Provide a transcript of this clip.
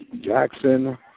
Jackson